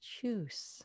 Choose